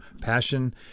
passion